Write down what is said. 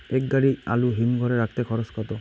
এক গাড়ি আলু হিমঘরে রাখতে খরচ কত?